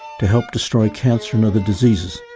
to help destroy cancer and other diseases.